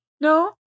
No